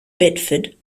bedford